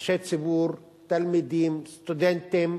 אנשי ציבור, תלמידים, סטודנטים,